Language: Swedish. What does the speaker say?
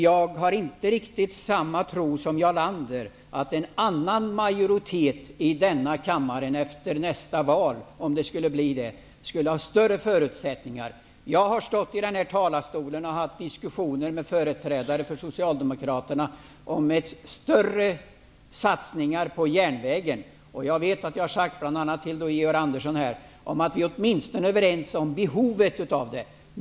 Jag har inte riktigt samma tro som Jarl Lander på att en annan majoritet i denna kammare efter nästa val -- om det skulle bli så -- skulle ha större förutsättningar. Jag har från denna talarstol haft diskussioner med företrädare från Socialdemokraterna om större satsningar på järnvägen. Jag har sagt, bl.a. till Georg Andersson: Låt oss åtminstone vara överens om behovet.